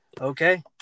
Okay